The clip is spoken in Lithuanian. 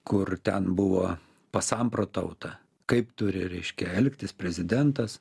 kur ten buvo pasamprotauta kaip turi reiškia elgtis prezidentas